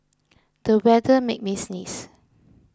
the weather made me sneeze